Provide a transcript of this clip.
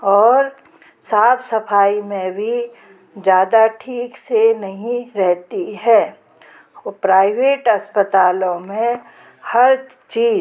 और साफ़ सफ़ाई में भी ज़्यादा ठीक से नहीं रहती है वो प्राइवेट अस्पतालों में हर चीज़